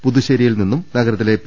പുതുശേരിയിൽ നിന്നും നഗരത്തിലെ പി